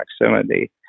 proximity